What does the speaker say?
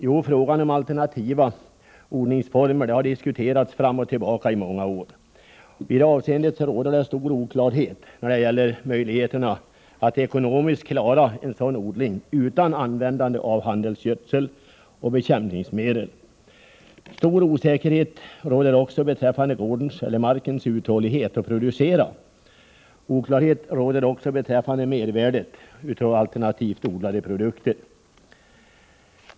Jo, frågan om alternativa odlingsformer har diskuterats fram och tillbaka i många år. Det råder stor oklarhet i vad gäller möjligheterna att ekonomiskt klara en odling utan användande av handelsgödsel och bekämpningsmedel. Stor osäkerhet råder också beträffande gårdens och markens uthållighet att producera. Oklarhet råder vidare beträffande mervärdet av alternativt odlade produkter.